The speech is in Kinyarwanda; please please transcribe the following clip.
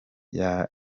yanga